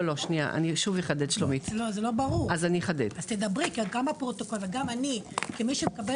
זה לא ברור כי גם הפרוטוקול וגם אני כמי שמקבל